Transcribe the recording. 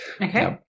Okay